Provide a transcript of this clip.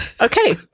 okay